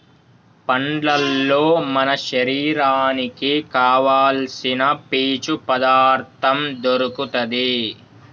పండ్లల్లో మన శరీరానికి కావాల్సిన పీచు పదార్ధం దొరుకుతది